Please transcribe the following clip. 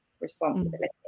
responsibility